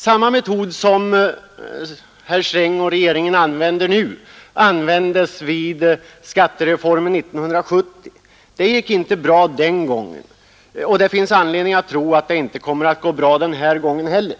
Samma metod som herr Sträng och regeringen använder nu tillämpades vid skattereformen 1970. Det gick inte bra den gången, och det finns anledning att tro att det inte kommer att göra det den här gången heller.